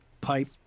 pipe